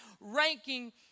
ranking